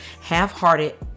Half-hearted